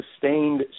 sustained